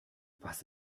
was